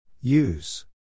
Use